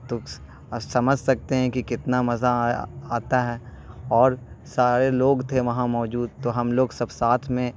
تو سمجھ سکتے ہیں کہ کتنا مزہ آ آتا ہے اور سارے لوگ تھے وہاں موجود تو ہم لوگ سب ساتھ میں